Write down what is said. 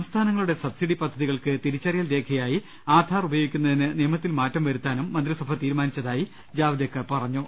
സംസ്ഥാനങ്ങളുടെ സബ്സിഡി പദ്ധതികൾക്ക് തിരിച്ചറിയൽ രേഖയായി ആധാർ ഉപയോഗിക്കുന്നതിന് നിയമത്തിൽ മാറ്റം വരുത്താനും മന്ത്രിസഭ തീരുമാനിച്ചതായി ജാവ്ദേക്കർ പറഞ്ഞു